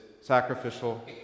sacrificial